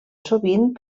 sovint